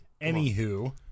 Anywho